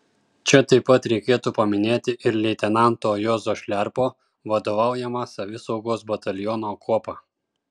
čia taip pat reikėtų paminėti ir leitenanto juozo šliarpo vadovaujamą savisaugos bataliono kuopą